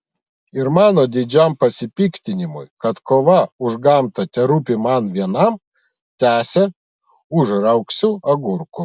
ir mano didžiam pasipiktinimui kad kova už gamtą terūpi man vienam tęsė užraugsiu agurkų